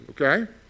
okay